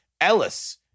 ELLIS